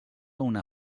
una